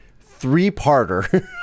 three-parter